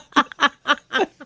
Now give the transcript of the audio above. i